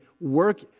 Work